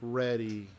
ready